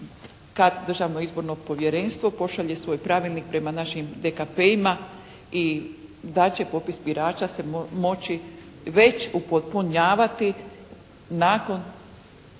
kad Državno izborno povjerenstvo pošalje svoj pravilnik prema našim dekapeima i da će popis birača se moći već upotpunjavati nakon